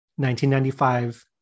1995